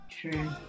True